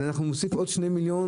אז אנחנו נוסיף עוד שני מיליון.